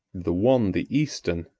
the one the eastern,